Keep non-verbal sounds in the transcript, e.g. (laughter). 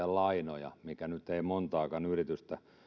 (unintelligible) lainoja mikä nyt ei montaakaan yritystä